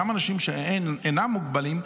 גם אנשים שאינם מוגבלים,